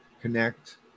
connect